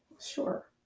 Sure